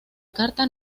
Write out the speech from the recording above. carta